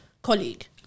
colleague